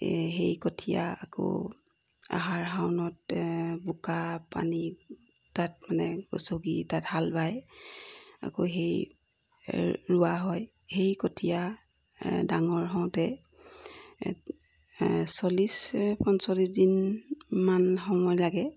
এই সেই কঠিয়া আকৌ আহাৰ শাওণতে বোকা পানী তাত মানে গচকি তাত হাল বাই আকৌ সেই ৰুৱা হয় সেই কঠীয়া ডাঙৰ হওঁতে চল্লিছ পঞ্চল্লিছ দিন মান সময় লাগে